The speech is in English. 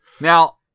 Now